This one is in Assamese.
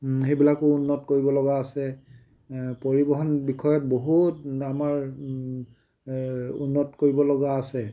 সেইবিলাকো উন্নত কৰিবলগা আছে পৰিৱহণ বিষয়ত বহুত আমাৰ এই উন্নত কৰিবলগা আছে